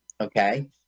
okay